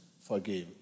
forgive